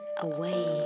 away